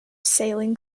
sailing